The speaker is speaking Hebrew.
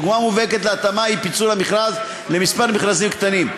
דוגמה מובהקת להתאמה היא פיצול המכרז לכמה מכרזים קטנים.